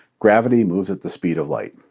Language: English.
gravity moves at the speed of light.